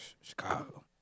Chicago